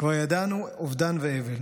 כבר ידענו אובדן ואבל.